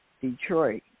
Detroit